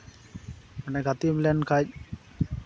ᱢᱟᱱᱮ ᱜᱟᱛᱮ ᱞᱮᱱ ᱠᱷᱟᱡ